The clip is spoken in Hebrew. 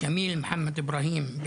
כאמיל מוחמד איברהים,